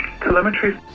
Telemetry